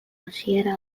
hasiera